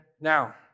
Now